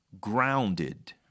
grounded